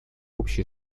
общей